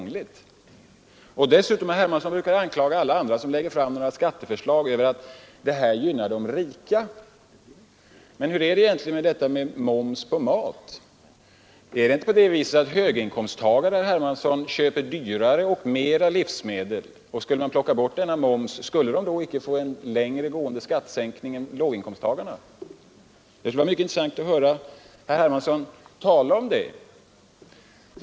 Därtill kommer att herr Hermansson brukar anklaga alla andra än egna partivänner som lägger fram skatteförslag för att de gynnar de rika. Men hur är det med moms på mat? Är det inte så, herr Hermansson, att höginkomsttagare köper dyrare och mer livsmedel, och skulle inte de — om man tar bort momsen — få en längre gående skattesänkning än låginkomsttagarna? Det skulle vara mycket intressant att höra herr Hermansson tala om det.